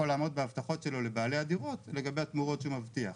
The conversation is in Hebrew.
לעמוד בהבטחות שלו לבעלי הדירות לגבי התמורות שהוא מבטיח.